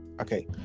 okay